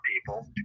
people